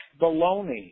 baloney